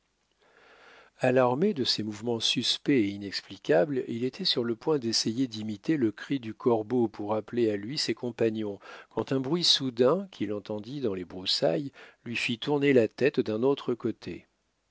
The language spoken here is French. alarmé de ces mouvements suspects et inexplicables il était sur le point d'essayer d'imiter le cri du corbeau pour appeler à lui ses compagnons quand un bruit soudain qu'il entendit dans les broussailles lui fit tourner la tête d'un autre côté